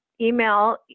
email